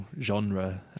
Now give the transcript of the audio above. genre